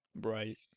Right